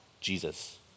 Jesus